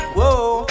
Whoa